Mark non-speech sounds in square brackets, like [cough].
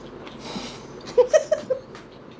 [laughs]